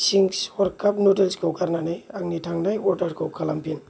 चिंस हरखाब नुदोल्सखौ गारनानै आंनि थांनाय अर्डारखौ खालामफिन